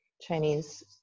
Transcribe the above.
Chinese